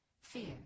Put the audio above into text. fear